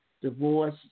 divorce